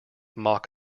mock